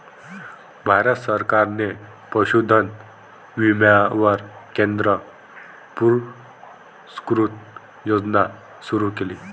भारत सरकारने पशुधन विम्यावर केंद्र पुरस्कृत योजना सुरू केली